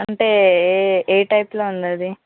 అంటే ఏ ఏ టైప్లో ఉందది